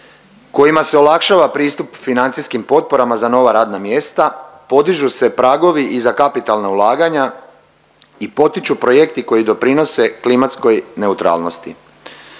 kojima se olakšava pristup financijskim potporama za nova radna mjesta, podižu se pragovi i za kapitalna ulaganja i potiču projekti koji doprinose klimatskoj neutralnosti.